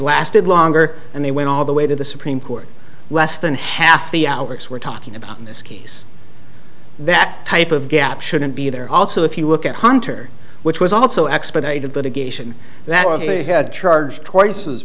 lasted longer and they went all the way to the supreme court less than half the hours we're talking about in this case that type of gap shouldn't be there also if you look at hunter which was also expedited litigation that he had charged t